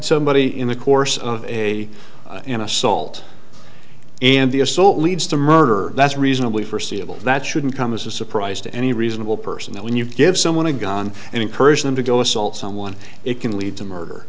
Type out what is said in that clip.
somebody in the course of a an assault and the assault leads to murder that's reasonably foreseeable that shouldn't come as a surprise to any reasonable person that when you give someone a gun and encourage them to go assault someone it can lead to murder